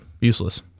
Useless